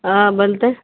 हाँ बोलतय